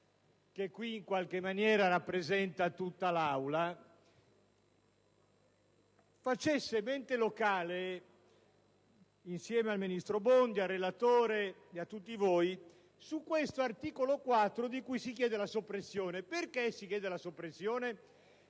che in qualche maniera rappresenta tutta l'Assemblea, perché vorrei che facesse mente locale, insieme al ministro Bondi, al relatore e a tutti voi, su questo articolo 4 di cui si chiede la soppressione. Se ne chiede la soppressione